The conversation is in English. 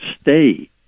stay